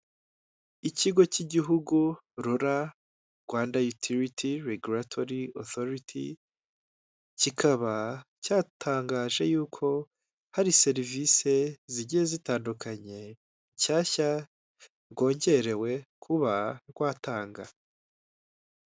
Ikigo cy'igihugu Rura, Rwanda yutiliti rigilatori otoriti, kikaba cyatangaje y'uko hari serivisi zigiye zitandukanye nshyashya rwongerewe kuba rwatanga.